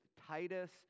Titus